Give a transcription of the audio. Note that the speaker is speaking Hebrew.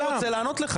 אני רוצה לענות לך.